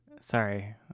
Sorry